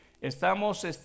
Estamos